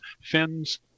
fins